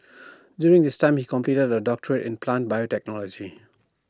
during this time he completed A doctorate in plant biotechnology